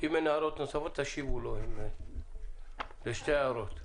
אם אין הערות נוספות, תשיבו לו לשתי ההערות.